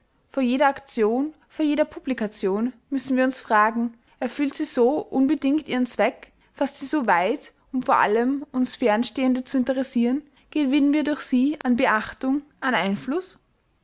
vor jeder aktion vor jeder publikation müssen wir uns fragen erfüllt sie so unbedingt ihren zweck faßt sie so weit um vor allem uns fernstehende zu interessieren gewinnen wir durch sie an beachtung an einfluß